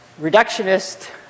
reductionist